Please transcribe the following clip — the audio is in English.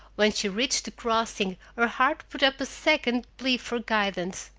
when she reached the crossing, her heart put up a second plea for guidance.